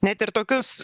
net ir tokius